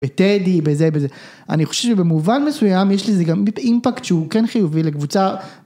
בטדי, בזה, בזה... אני חושב שבמובן מסוים, יש לזה אימפקט שהוא כן חיובי לקבוצה...